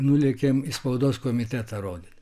nulėkėm į spaudos komitetą rodyt